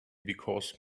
because